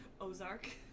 Ozark